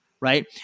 right